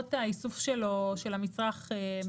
לרבות האיסוף של המצרך מהצרכנים.